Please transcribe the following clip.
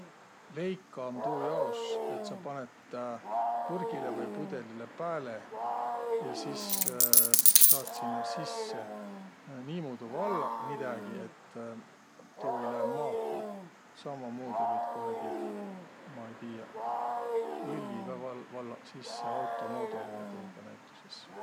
Leika um tuujaos, et sa panõt purgilõ vai pudõlilõ pääle ja sis saat sinnäq sisse niimuudu vallaq midägi, et tuu ei lääq maaha. Sammamuudu võit kohegi, ma ei tiiäq, õlli kah val- vallaq sisse auto moodorihe tuuga näütüses.